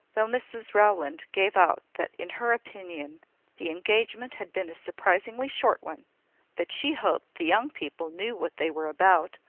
though mrs rowland gave out that in her opinion the engagement had been a surprisingly short one that she hoped the young people knew what they were about,